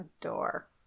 adore